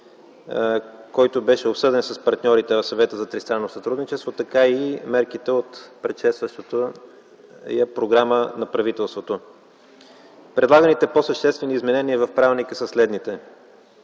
който беше обсъден с партньорите на Съвета за тристранно сътрудничество, така и мерките от предшестващата я програма на правителството. Предлаганите по-съществени изменения в правилника са следните.